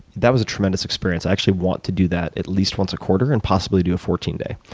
that was a tremendous experience. i actually want to do that at least once a quarter and possibly do a fourteen day.